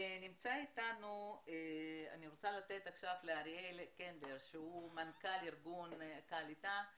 נמצא אתנו אריאל קנדל, מנכ"ל ארגון קעליטה.